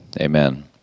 amen